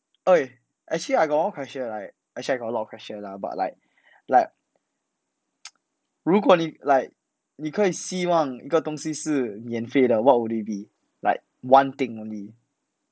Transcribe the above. !oi! actually I got one question right actually I got a lot of question lah but like like 如果你 like 你可以希望一个东西是免费的 what would it be like one thing only